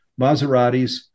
Maseratis